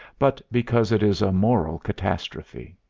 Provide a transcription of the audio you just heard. but because it is a moral catastrophe.